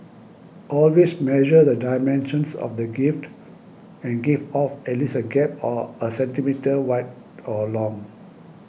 always measure the dimensions of the gift and give off at least a gap or a centimetre wide or long